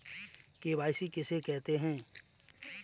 KYC किसे कहते हैं?